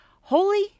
Holy